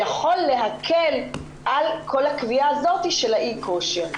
יכול להקל על כל הקביעה הזאת של האי-כושר.